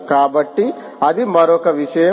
కాబట్టి అది మరొక విషయం